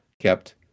kept